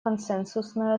консенсусную